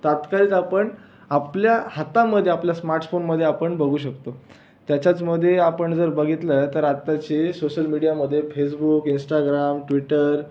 तात्काळित आपण आपल्या हातामध्ये आपल्या स्मार्टस्फोनमध्ये आपण बघू शकतो त्याच्याचमध्ये आपण जर बघितलं तर आताचे सोशल मीडियामध्ये फेसबुक इन्स्टाग्राम ट्विट्टर